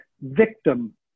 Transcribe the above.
victim